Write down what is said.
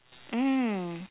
mm